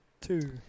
two